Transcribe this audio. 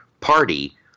party